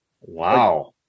Wow